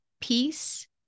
peace